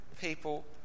people